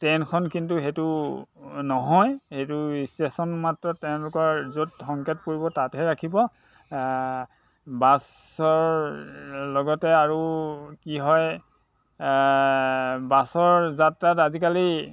ট্ৰেইনখন কিন্তু সেইটো নহয় সেইটো ষ্টেচন মাত্ৰ তেওঁলোকৰ য'ত সংকেত পৰিব তাতহে ৰাখিব বাছৰ লগতে আৰু কি হয় বাছৰ যাত্ৰাত আজিকালি